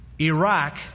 Iraq